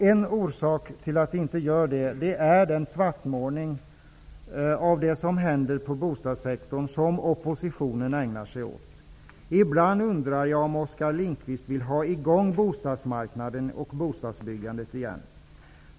En orsak till det är den svartmålning av det som händer inom bostadssektorn som oppositionen ägnar sig åt. Ibland undrar jag om Oskar Lindkvist vill ha i gång bostadsmarknaden och bostadsbyggandet igen.